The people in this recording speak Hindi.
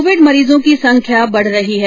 कोविड मरीजों की संख्या बढ़ रही है